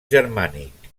germànic